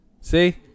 see